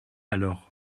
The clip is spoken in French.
alors